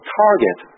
target